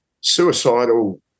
suicidal –